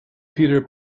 peter